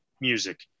music